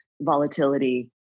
volatility